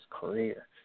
career